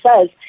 says